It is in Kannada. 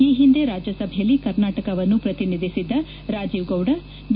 ಈ ಹಿಂದೆ ರಾಜ್ಯಸಭೆಯಲ್ಲಿ ಕರ್ನಾಟಕವನ್ನು ಪ್ರತಿನಿಧಿಸಿದ್ದ ರಾಜೀವ್ಗೌದ ಬಿ